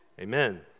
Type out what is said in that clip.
amen